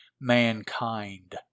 mankind